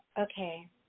Okay